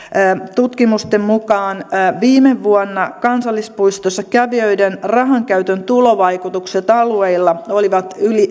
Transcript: tutkimusten mukaan viime vuonna kansallispuistossa kävijöiden rahankäytön tulovaikutukset alueilla olivat yli